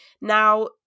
Now